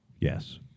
Yes